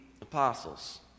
apostles